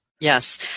Yes